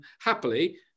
happily